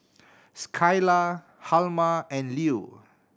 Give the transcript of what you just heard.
Skylar Hjalmar and Lew